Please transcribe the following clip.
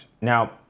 Now